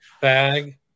bag